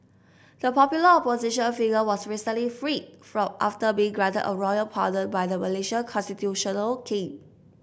the popular opposition figure was recently freed fraud after being granted a royal pardon by the Malaysian constitutional king